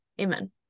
Amen